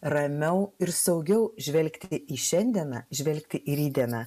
ramiau ir saugiau žvelgti į šiandieną žvelgti į rytdieną